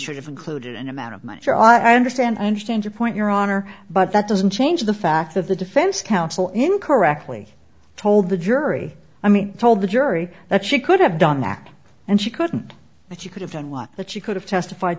should have included an amount of money i understand i understand your point your honor but that doesn't change the fact that the defense counsel incorrectly told the jury i mean told the jury that she could have done that and she couldn't but you could have done was that she could have testified